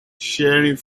sharing